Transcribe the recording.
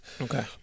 Okay